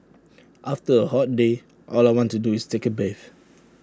after A hot day all I want to do is take A bathe